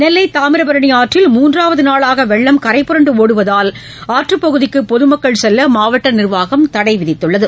நெல்லை தாமிரபரணி ஆற்றில் மூன்றாவது நாளாக வெள்ளம் கரைபுரண்டு ஒடுவதால் ஆற்றுப் பகுதிக்கு பொதுமக்கள் செல்ல மாவட்ட நிர்வாகம் தடை விதித்துள்ளது